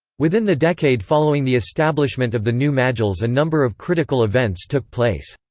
within the decade following the establishment of the new majles a number of critical events took place.